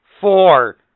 Four